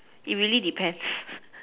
it really depends